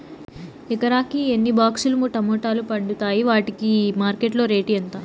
ఎకరాకి ఎన్ని బాక్స్ లు టమోటాలు పండుతాయి వాటికి మార్కెట్లో రేటు ఎంత?